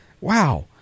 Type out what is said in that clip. wow